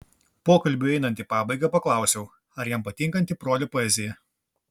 pokalbiui einant į pabaigą paklausiau ar jam patinkanti brolio poezija